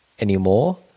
anymore